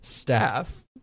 staff